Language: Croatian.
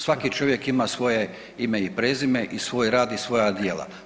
Svaki čovjek ima svoje ime i prezime i svoj rad i svoja djela.